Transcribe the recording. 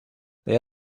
they